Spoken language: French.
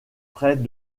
près